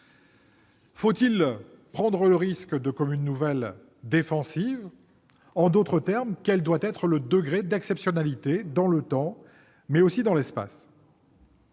Faut-il prendre le risque de créer des communes nouvelles défensives ? En d'autres termes, quel doit être le degré d'exceptionnalité dans le temps, mais aussi dans l'espace ?